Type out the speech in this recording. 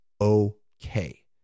okay